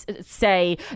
say